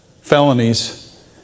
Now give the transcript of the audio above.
felonies